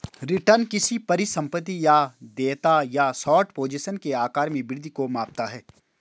return किसी परिसंपत्ति या देयता या शॉर्ट पोजीशन के आकार में वृद्धि को मापता है